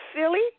silly